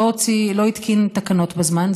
לא התקין תקנות בזמן,